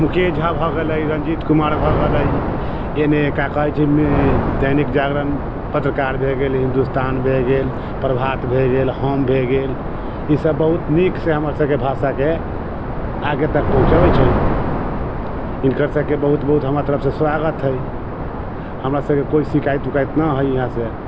मुकेश झा भऽ गेलै रंजीत कुमार भऽ गेलै एने का कहै छै दैनिक जागरण पत्रकार भए गेल हिन्दुस्तान भए गेल प्रभात भए गेल हम भए गेल इसभ बहुत नीक से हमर सभके भाषाके आगे तक पहुँचबै छै हिनकर सभके बहुत बहुत हमर तरफ से स्वागत है हमरा सभके कोइ शिकायत विकायत न है यहाँ से